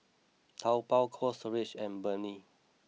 Taobao Cold Storage and Burnie